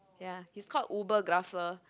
ya he's called Ubergrapher